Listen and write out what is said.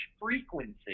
frequency